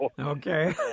okay